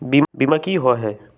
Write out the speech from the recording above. बीमा की होअ हई?